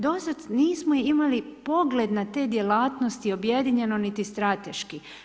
Do sada nismo imali pogled na te djelatnosti objedinjeno niti strateški.